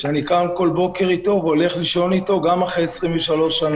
הוא ילד שאני קם כל בוקר איתו והולך לישון איתו גם אחרי 23 שנים.